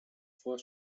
fois